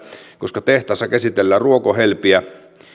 koska tehtaassa käsitellään ruokohelpiä ja se